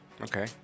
Okay